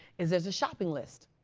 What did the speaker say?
is there's a shopping list.